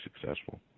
successful